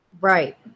Right